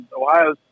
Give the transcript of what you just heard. Ohio